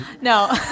No